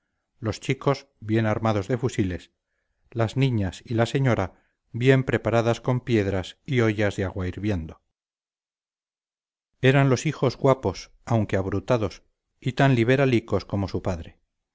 los chicos bien armados de fusiles las niñas y la señora bien preparadas con piedras y ollas de agua hirviendo eran los hijos guapos aunque abrutados y tan liberalicos como su padre